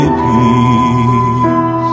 peace